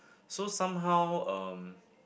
so somehow um